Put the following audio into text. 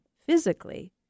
physically